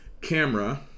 camera